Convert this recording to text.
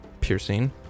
piercing